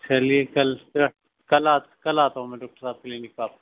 چلئے کل کل آ کل آتا ہوں میں ڈاکٹر صاحب کلینک پہ آپ کی